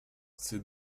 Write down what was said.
ces